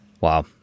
Wow